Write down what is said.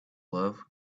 love